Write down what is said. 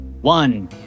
one